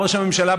ראש הממשלה,